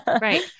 Right